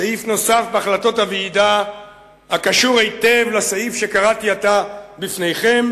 סעיף נוסף מהחלטות הוועידה הקשור היטב לסעיף שקראתי עתה בפניכם.